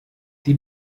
die